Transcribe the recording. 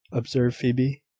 observed phoebe.